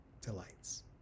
delights